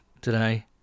today